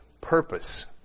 purpose